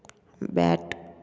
bat